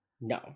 no